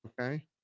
Okay